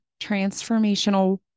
transformational